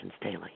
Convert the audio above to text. daily